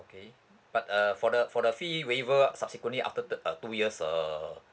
okay but uh for the for the fee waiver subsequently after the the uh two years uh